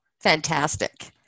Fantastic